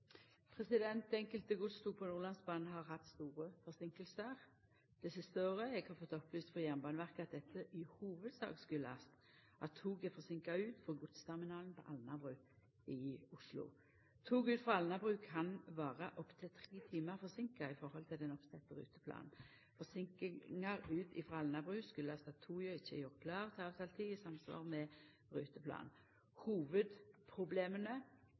Enkelte godstog på Nordlandsbanen har hatt store forseinkingar det siste året. Eg har fått opplyst frå Jernbaneverket at dette i hovudsak har si årsak i at tog er forseinka ut frå godsterminalen på Alnabru i Oslo. Tog ut frå Alnabru kan vera opp til tre timar forseinka i forhold til den oppsette ruteplanen. Forseinkingar ut frå Alnabru kjem av at tog ikkje er gjort klare til avtalt tid i samsvar med ruteplanen. Hovudproblema